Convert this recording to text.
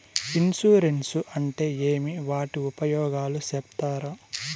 Insurance అంటే ఏమి? వాటి ఉపయోగాలు సెప్తారా?